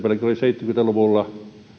oli seitsemänkymmentä luvulla